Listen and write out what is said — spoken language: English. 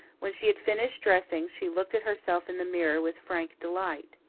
when she had finished dressing she looked at herself in the mirror with frank delight.